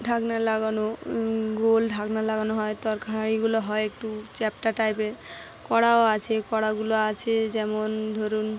ঢাকনা লাগানো গোল ঢাকনা লাগানো হয় তরকারিগুলো হয় একটু চ্যাপ্টা টাইপের কড়াও আছে কড়াগুলো আছে যেমন ধরুন